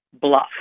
bluff